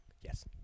Yes